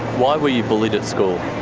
why were you bullied at school?